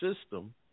system